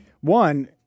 one